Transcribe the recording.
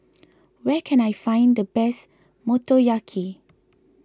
where can I find the best Motoyaki